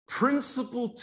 principal